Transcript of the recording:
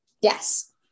Yes